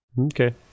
Okay